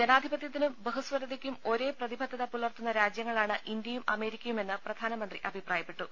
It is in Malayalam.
ജനാധിപത്യത്തിനും ബഹുസ്വരതയ്ക്കും ഒരേ പ്രതി ബദ്ധത പുലർത്തുന്ന രാജ്യങ്ങളാണ് ഇന്തൃയും അമേരിക്ക യുമെന്ന് പ്രധാനമന്ത്രി അഭിപ്രായപ്പെട്ടു